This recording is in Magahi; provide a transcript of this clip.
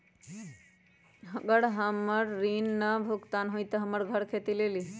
अगर हमर ऋण न भुगतान हुई त हमर घर खेती लेली?